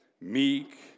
meek